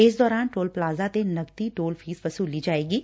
ਇਸ ਦੌਰਾਨ toll plaza ਤੇ ਨਕਦੀ ਟੋਲ ਫੀਸ ਵਸੁਲੀ ਜਾਏਗੀ